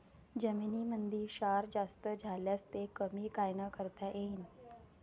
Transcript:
जमीनीमंदी क्षार जास्त झाल्यास ते कमी कायनं करता येईन?